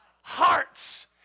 Hearts